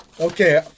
Okay